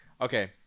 Okay